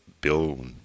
bill